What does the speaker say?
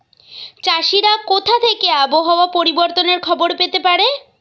চাষিরা কোথা থেকে আবহাওয়া পরিবর্তনের খবর পেতে পারে?